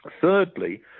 Thirdly